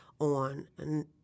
on